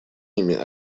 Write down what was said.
ними